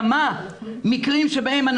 קודם כול, תודה רבה.